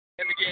again